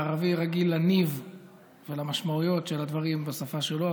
הערבי רגיל לניב ולמשמעויות של הדברים בשפה שלו,